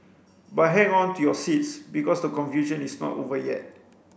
but hang on to your seats because the confusion is not over yet